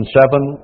seven